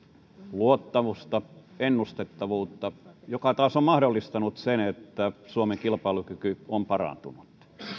luottamusta ennustettavuutta mikä taas on mahdollistanut sen että suomen kilpailukyky on parantunut